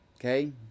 Okay